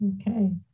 Okay